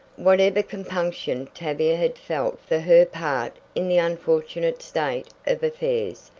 whatever compunction tavia had felt for her part in the unfortunate state of affairs,